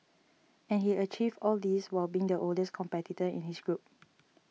and he achieved all this while being the oldest competitor in his group